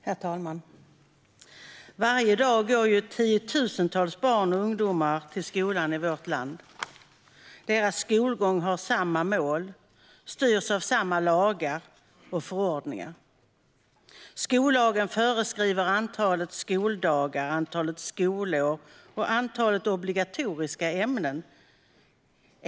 Herr talman! Varje dag går tiotusentals barn och ungdomar till skolan i vårt land. Deras skolgång har samma mål och styrs av samma lagar och förordningar. Skollagen föreskriver antalet skoldagar, antalet skolår och antalet obligatoriska ämnen.